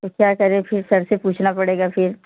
तो क्या करें फिर सर से पूछना पड़ेगा फिर